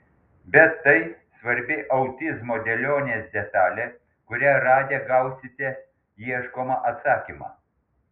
bet tai svarbi autizmo dėlionės detalė kurią radę gausite ieškomą atsakymą